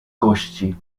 kości